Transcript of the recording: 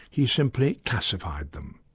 he simply classified them.